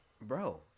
bro